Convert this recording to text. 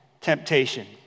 temptation